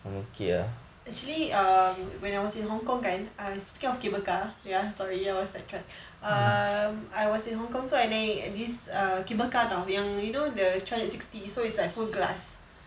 actually err when I was in hong-kong kan I was scared of cable car ya sorry that was side track err I was in hong-kong so err I naik this err cable car [tau] you know the three hundred sixty so it's like full glass